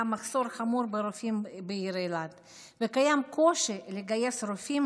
מחסור חמור ברופאים בעיר אילת וקיים קושי לגייס רופאים